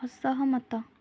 ଅସହମତ